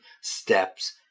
steps